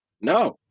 no